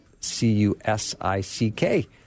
C-U-S-I-C-K